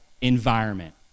environment